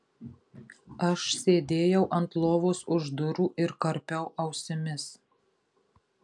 aš sėdėjau ant lovos už durų ir karpiau ausimis